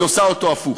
היא עושה אותו הפוך.